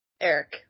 Eric